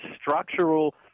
structural